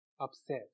upset